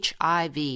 HIV